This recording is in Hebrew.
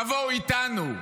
תבואו איתנו.